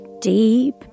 deep